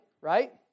right